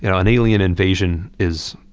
and an alien invasion is,